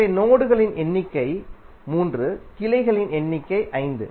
எனவே நோடுகளின் எண்ணிக்கை 3 கிளைகளின் எண்ணிக்கை 5